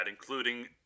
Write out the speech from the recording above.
including